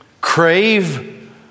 Crave